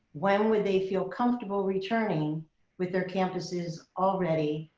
when would they feel comfortable returning with their campuses all ready,